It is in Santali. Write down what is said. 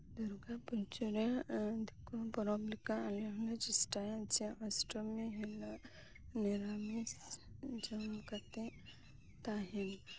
ᱫᱩᱨᱜᱟᱹ ᱯᱩᱡᱟᱹ ᱨᱮ ᱫᱤᱠᱩ ᱯᱚᱨᱚᱵᱽ ᱞᱮᱠᱟ ᱟᱞᱮ ᱦᱚᱸᱞᱮ ᱪᱮᱥᱴᱟᱭᱟ ᱡᱮ ᱚᱥᱴᱚᱢᱤ ᱦᱤᱞᱳᱜ ᱱᱤᱨᱟᱢᱤᱥ ᱡᱚᱢ ᱠᱟᱛᱮᱜ ᱛᱟᱦᱮᱸᱱ